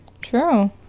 True